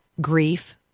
grief